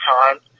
time